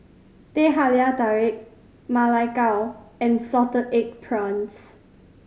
Teh Halia Tarik Ma Lai Gao and salted egg prawns